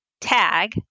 tag